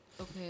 Okay